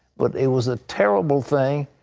but it was a terrible thing.